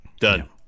Done